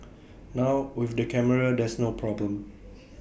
now with the camera there's no problem